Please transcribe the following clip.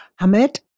Hamid